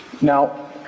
Now